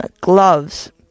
gloves